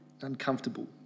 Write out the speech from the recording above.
uncomfortable